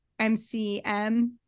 mcm